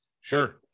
Sure